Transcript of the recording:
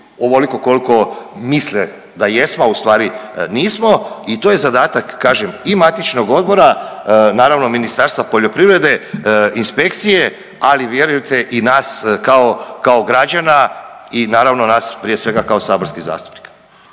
ovoliko koliko misle da jesmo, a ustvari nismo i to je zadatak kažem i matičnog Odbora naravno Ministarstva poljoprivrede, inspekcije, ali vjerujte i nas kao, kao građana i naravno nas prije svega kao saborskih zastupnika.